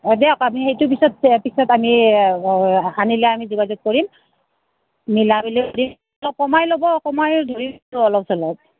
দিয়ক আমি সেইটো পিছত পিছত আমি আনিলে আমি যোগাযোগ কৰিম মিলা মিলি অলপ কমাই ল'ব কমাই ধৰিছো অলপ চলপ